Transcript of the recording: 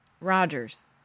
Rogers